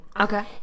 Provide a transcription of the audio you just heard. okay